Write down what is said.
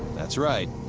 that's right,